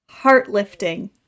Heartlifting